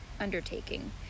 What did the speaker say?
undertaking